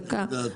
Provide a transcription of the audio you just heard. איך ידעת?